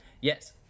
yes